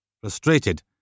Frustrated